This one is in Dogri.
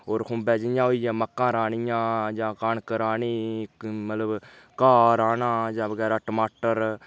होर खुंबै जि'यां होई गेआ मक्कां राह्नियां जां कनक राह्नी मतलब घा राह्ना जां बगैरा टमाटर